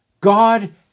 God